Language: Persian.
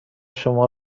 شما